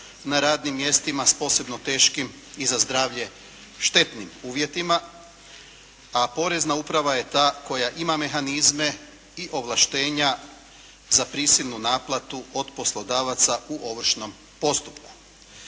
na radnim mjestima s posebno teškim i za zdravlje štetnim uvjetima, a Porezna uprava je ta koja ima mehanizme i ovlaštenja za prisilnu naplatu od poslodavaca u ovršnom postupku.